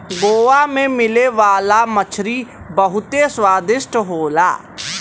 गोवा में मिले वाला मछरी बहुते स्वादिष्ट होला